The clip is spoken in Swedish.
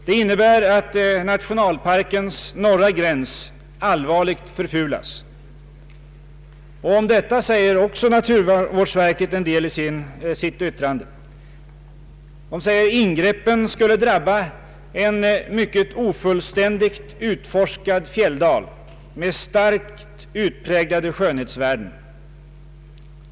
Det innebär att nationalparkens norra gräns allvarligt förfulas. Om detta säger naturvårdsverket en del i sitt remissyttrande: ”Ingreppen skulle drabba en mycket ofullständigt utforskad fjälldal med starkt utpräglade skönhetsvärden.